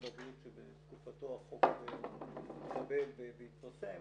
הבריאות שבתקופתו החוק הזה התקבל והתפרסם,